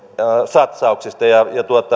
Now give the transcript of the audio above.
satsauksista ja